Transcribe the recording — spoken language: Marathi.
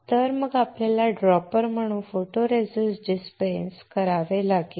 तर मग आपल्याला ड्रॉपर वापरून फोटोरेसिस्ट डिस्पेस करावे लागेल